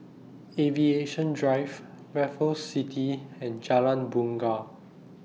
Aviation Drive Raffles City and Jalan Bungar